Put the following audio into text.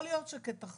יכול להיות שכשתחזור